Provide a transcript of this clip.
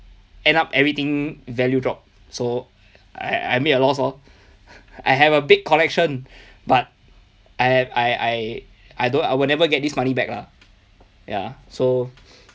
end up everything value drop so I I made a loss lor I have a big collection but I I I I don't I'll never get this money back lah ya so